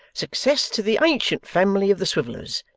success to the ancient family of the swivellers,